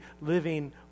living